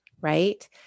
right